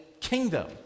kingdom